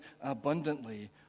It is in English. abundantly